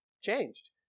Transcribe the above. changed